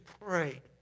pray